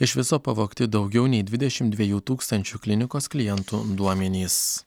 iš viso pavogti daugiau nei dvidešimt dviejų tūkstančių klinikos klientų duomenys